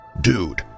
Dude